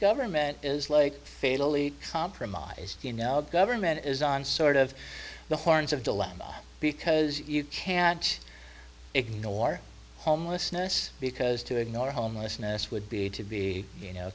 government is like fatally compromised and now the government is on sort of the horns of dilemma because you can't ignore homelessness because to ignore homelessness would be to be you know